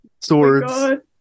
Swords